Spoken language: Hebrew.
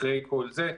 אחרי כל זה,